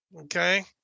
okay